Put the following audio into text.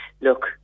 look